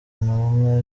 intumwa